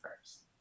first